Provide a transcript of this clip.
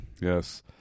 Yes